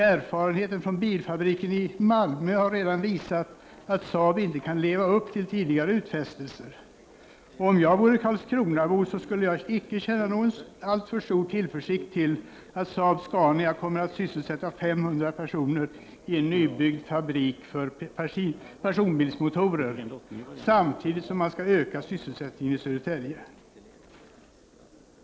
Erfarenheten från bilfabriken i Malmö har redan visat att Saab inte kan leva upp till tidigare utfästelser. Och om jag vore karlskronabo, så skulle jag inte känna någon stor tillförsikt till att Saab-Scania kommer att sysselsätta 500 personer i en nybyggd fabrik för personbilsmotorer samtidigt som man skall öka sysselsättningen i Södertälje.